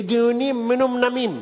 לדיונים מנומנמים,